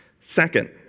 Second